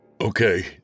Okay